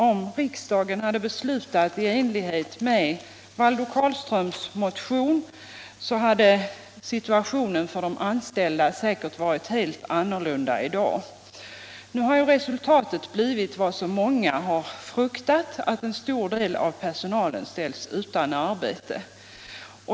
Om riksdagen hade beslutat i enlighet med Valdo Carlströms motion, skulle situationen för de anställda säkert ha varit helt annorlunda i dag. Nu har ju resultatet blivit det som många har fruktat, nämligen att en stor del av personalen ställs utan arbete.